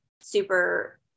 super